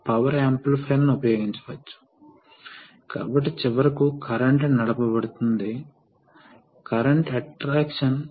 కాబట్టి ఎటువంటి రెసిస్టెన్స్ లేదు డైరెక్ట్ షాట్ కాబట్టి ఇది చాలా వేగంగా ముందుకు రావడం ప్రారంభమవుతుంది దీనిని రాపిడ్ అడ్వాన్స్ అంటారు